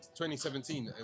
2017